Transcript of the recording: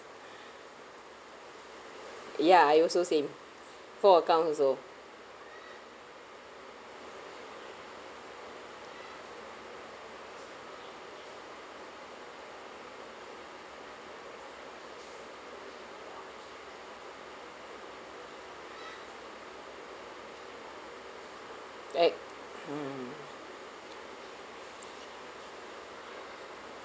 ya he also same four accounts also eh mm